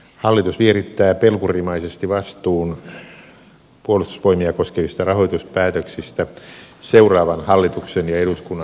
hallitus vierittää pelkurimaisesti vastuun puolustusvoimia koskevista rahoituspäätöksistä seuraavan hallituksen ja eduskunnan harteille